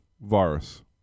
virus